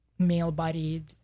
male-bodied